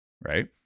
Right